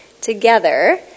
together